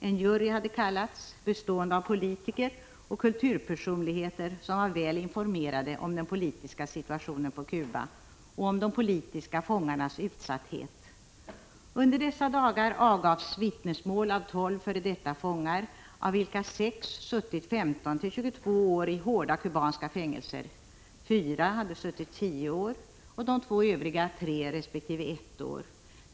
En ”jury” hade kallats, bestående av politiker och kulturpersonligheter som var väl informerade om den politiska situationen på Cuba och om de politiska fångarnas utsatthet. Under dessa dagar avgavs vittnesmål av 12 f.d. fångar, av vilka sex suttit 15-22 år i hårda kubanska fängelser, fyra tio år och de två övriga tre resp. ett år.